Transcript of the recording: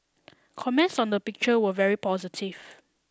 comments on the picture were very positive